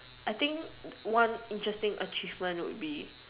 I think one interesting achievement would be